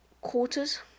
quarters